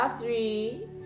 three